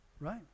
right